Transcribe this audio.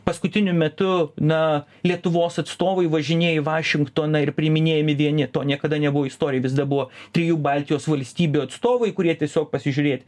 paskutiniu metu na lietuvos atstovai važinėja į vašingtoną ir priiminėjami vieni to niekada nebuvo istorijoj visada buvo trijų baltijos valstybių atstovai kurie tiesiog pasižiūrėti